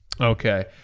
Okay